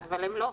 אבל, הם לא.